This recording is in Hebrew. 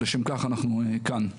לשם כך אנחנו כאן.